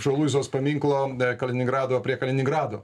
šau luizos paminklo kaliningrado prie kaliningrado